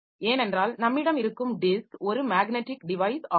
ஏனென்றால் நம்மிடம் இருக்கும் டிஸ்க் ஒரு மேக்னடிக் டிவைஸ் ஆகும்